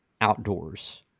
outdoors